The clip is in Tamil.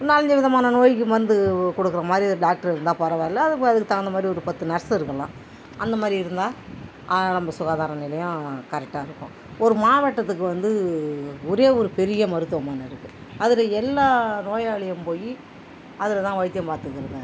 நாலஞ்சு விதமான நோய்க்கு மருந்து கொடுக்குற மாதிரி டாக்ட்ர் இருந்தால் பரவால்லை அது அதுக்கு தகுந்த மாதிரி ஒரு பத்து நர்ஸு இருக்கணும் அந்த மாதிரி இருந்தால் ஆரம்ப சுகாதார நிலையம் கரெக்டாக இருக்கும் ஒரு மாவட்டத்துக்கு வந்து ஒரே ஒரு பெரிய மருத்துவமனை இருக்கும் அதில் எல்லா நோயாளியும் போய் அதில் தான் வைத்தியம் பார்த்துக்கிருக்காங்கள்